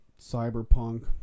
Cyberpunk